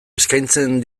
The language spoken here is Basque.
eskaintzen